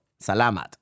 Salamat